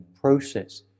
process